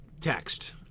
text